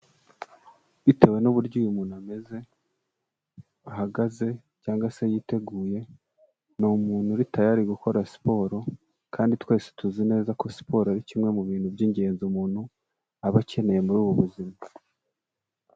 Bitewe n'uburyo uyu muntu ameze, ahagaze, cyangwa se yiteguye, ni umuntu uri tayari gukora siporo, kandi twese tuzi neza ko siporo ari kimwe mu bintu by'ingenzi umuntu aba akeneye muri ubu buzima.